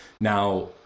Now